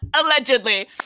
Allegedly